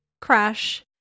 Crash